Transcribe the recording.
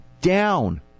Down